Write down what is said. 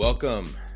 Welcome